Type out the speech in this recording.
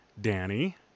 Danny